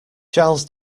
charles